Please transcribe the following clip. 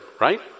right